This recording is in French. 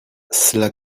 cela